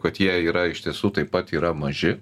kad jie yra iš tiesų taip pat yra maži